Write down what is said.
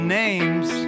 names